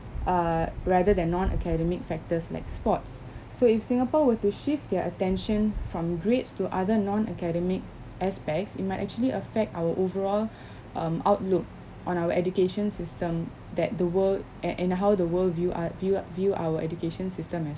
uh rather than non academic factors like sports so if singapore were to shift their attention from grades to other non academic aspects it might actually affect our overall um outlook on our education system that the world and and how the worldview us view view our education system as